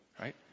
right